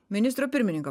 ministro pirmininko